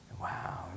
Wow